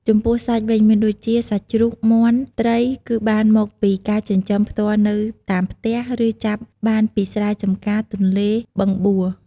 ចំពោះសាច់វិញមានដូចជា សាច់ជ្រូក មាន់ ត្រីគឺបានមកពីការចិញ្ចឹមផ្ទាល់នៅតាមផ្ទះ ឬចាប់បានពីស្រែចម្ការ ទន្លេ បឹងបួ។